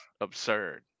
absurd